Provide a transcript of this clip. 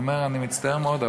הוא אומר: אני מצטער מאוד,